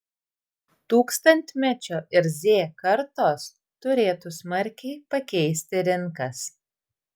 tūkstantmečio ir z kartos turėtų smarkiai pakeisti rinkas